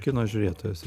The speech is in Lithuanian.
kino žiūrėtojas